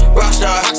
rockstar